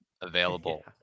available